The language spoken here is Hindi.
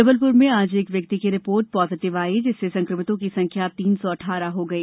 जबलपुर में आज एक व्यक्ति की रिपोर्ट पाजिटिव आई जिससे संक्रमितों की संख्या तीन सौ अठारह हो गई